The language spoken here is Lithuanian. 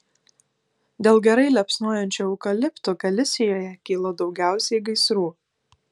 dėl gerai liepsnojančių eukaliptų galisijoje kyla daugiausiai gaisrų